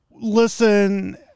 Listen